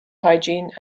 hygiene